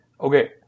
Okay